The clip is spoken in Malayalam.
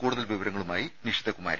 കൂടുതൽ വിവരങ്ങളുമായി നിഷിത കുമാരി